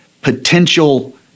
potential